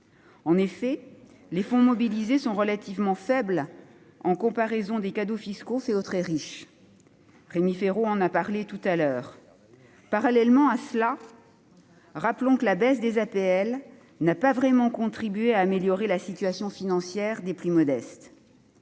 En effet, les fonds mobilisés sont relativement faibles en comparaison des cadeaux fiscaux faits aux très riches, Rémi Féraud en a parlé tout à l'heure. Parallèlement, rappelons que la baisse de l'aide personnalisée au logement (APL) n'a pas vraiment contribué à améliorer la situation financière des plus modestes